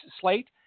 slate